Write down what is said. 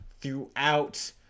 throughout